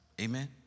amen